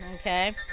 Okay